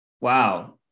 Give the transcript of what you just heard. Wow